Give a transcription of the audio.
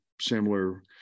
similar –